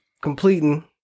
completing